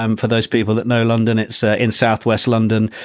um for those people that know london, it's ah in southwest london.